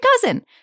cousin